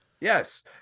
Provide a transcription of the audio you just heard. Yes